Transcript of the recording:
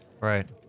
Right